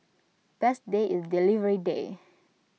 best day is delivery day